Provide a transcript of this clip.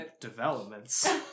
developments